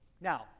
Now